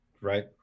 right